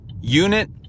unit